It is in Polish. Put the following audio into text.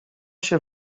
się